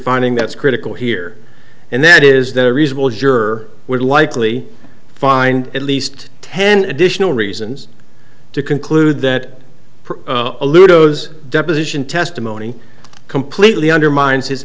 finding that's critical here and that is that a reasonable juror would likely find at least ten additional reasons to conclude that for a ludo's deposition testimony completely undermines his